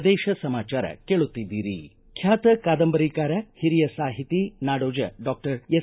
ಪ್ರದೇಶ ಸಮಾಚಾರ ಕೇಳುತ್ತಿದ್ದೀರಿ ಖ್ಯಾತ ಕಾದಂಬರಿಕಾರ ಹಿರಿಯ ಸಾಹಿತಿ ನಾಡೋಜ ಡಾಕ್ಟರ್ ಎಸ್